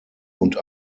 und